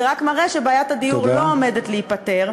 רק מראה שבעיית הדיור לא עומדת להיפתר.